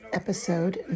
episode